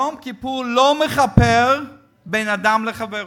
יום כיפור לא מכפר על בין אדם לחברו.